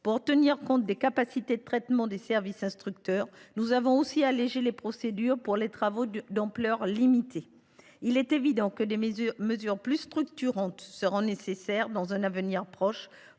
Pour tenir compte des capacités de traitement des services instructeurs, nous avons aussi allégé les procédures pour les travaux d’ampleur limitée. Il est évident que des mesures plus structurantes seront nécessaires dans un avenir proche